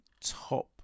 top